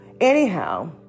Anyhow